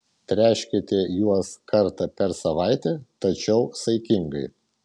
tręškite juos kartą per savaitę tačiau saikingai